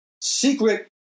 secret